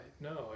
No